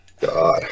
God